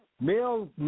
male